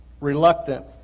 Reluctant